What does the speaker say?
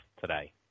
today